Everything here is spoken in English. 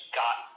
got